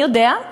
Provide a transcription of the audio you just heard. מי יודע?